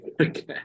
Okay